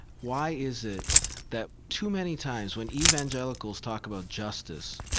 why is it that too many times when evangelicals talk about justice,